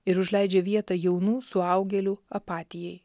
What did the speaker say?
ir užleidžia vietą jaunų suaugėlių apatijai